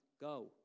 go